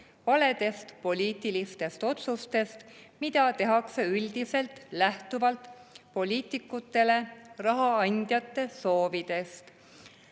valedest poliitilistest otsustest, mida tehakse üldiselt lähtuvalt poliitikutele raha andjate soovidest.